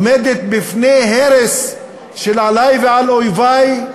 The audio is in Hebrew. עומדת בפני הרס של, עלי ועל אויבי,